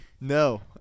No